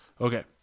Okay